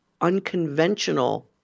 unconventional